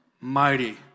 mighty